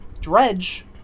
Dredge